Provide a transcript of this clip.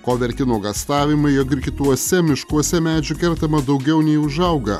ko verti nuogąstavimai jog ir kituose miškuose medžių kertama daugiau nei užauga